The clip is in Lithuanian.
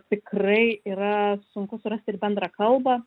tikrai yra sunku surast ir bendrą kalbą